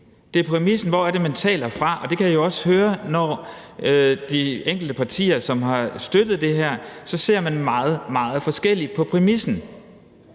der er problemet, i forhold til hvor man taler fra. Og det kan jeg jo også høre på de enkelte partier, som har støttet det her – man ser meget, meget forskelligt på præmissen.